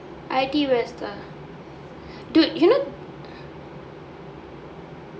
I_T_E west ah dude you know